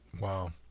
Wow